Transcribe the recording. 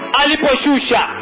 aliposhusha